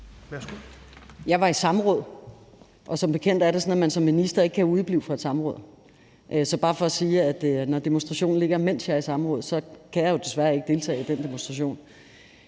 Jeg var i samråd, og som bekendt er det sådan, at man som minister ikke kan udeblive fra et samråd. Så det er bare for sige, at når demonstrationen ligger, mens jeg er i samråd, kan jeg jo desværre ikke deltage i den demonstration.